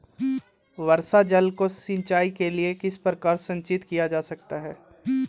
वर्षा जल को सिंचाई के लिए किस प्रकार संचित किया जा सकता है?